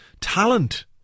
talent